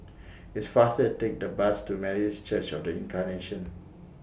It's faster Take The Bus to Methodist Church of The Incarnation